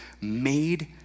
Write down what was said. made